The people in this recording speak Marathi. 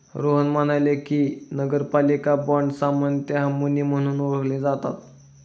रोहन म्हणाले की, नगरपालिका बाँड सामान्यतः मुनी म्हणून ओळखले जातात